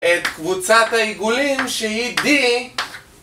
את קבוצת העיגולים שהיא די